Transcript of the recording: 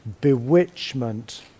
bewitchment